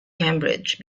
cambridge